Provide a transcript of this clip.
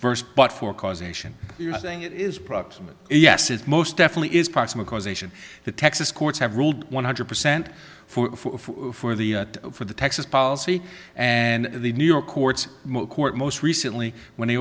first but for causation saying it is proximate yes is most definitely is proximate causation the texas courts have ruled one hundred percent for the for the texas policy and the new york courts court most recently when they